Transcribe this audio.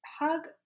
hug